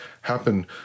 happen